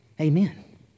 Amen